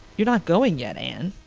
you're not going yet, anne?